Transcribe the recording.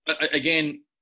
again